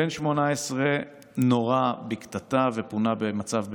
בן 18 נורה בקטטה ופונה במצב בינוני,